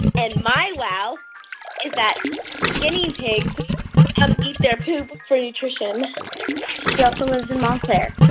and my wow is that guinea pigs and eat their poop for nutrition she also lives in montclair